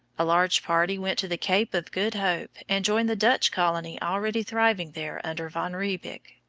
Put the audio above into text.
a large party went to the cape of good hope and joined the dutch colony already thriving there under van riebeek.